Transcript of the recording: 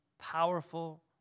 powerful